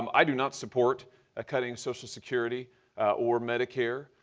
um i do not support ah cutting social security or medicare.